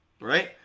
right